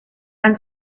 han